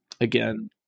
Again